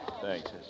Thanks